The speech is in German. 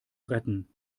retten